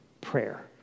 prayer